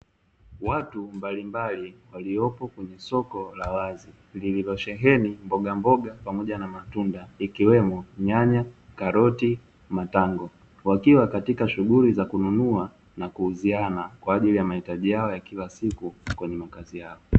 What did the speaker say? Watu mbalimbali waliopo kwenye soko la wazi lililosheheni mboga mboga pamoja na matunda ikiwemo nyanya, karoti, na matango wakiwa katika shughuli za kununua na kuuziana kwa ajili ya mahitaji yao ya kila siku kwenye makazi yako.